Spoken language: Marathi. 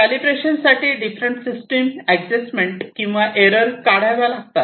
कॅलिब्रेशनसाठी डिफरंट सिस्टीम एडजस्टमेंट किंवा एरर काढाव्या लागतात